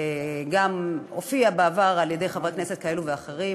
כפי שגם הופיע בעבר על-ידי חברי כנסת כאלה ואחרים,